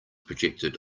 projected